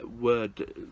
word